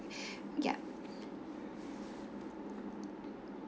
yup